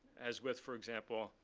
as with, for example,